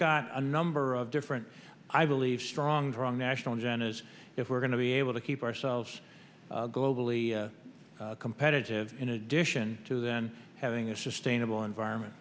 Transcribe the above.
got a number of different i believe stronger on national agenda as if we're going to be able to keep ourselves globally competitive in addition to then having a sustainable environment